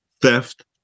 theft